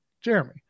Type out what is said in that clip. Jeremy